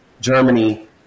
Germany